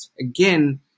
again